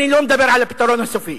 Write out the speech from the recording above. ואני לא מדבר על "הפתרון הסופי",